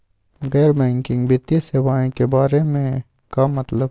गैर बैंकिंग वित्तीय सेवाए के बारे का मतलब?